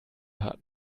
hat